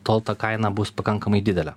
tol ta kaina bus pakankamai didelė